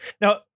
Now